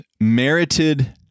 merited